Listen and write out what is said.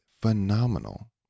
phenomenal